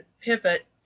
pivot